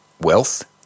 wealth